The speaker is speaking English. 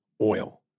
oil